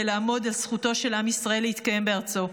לעמוד על זכותו של עם ישראל להתקיים בארצו,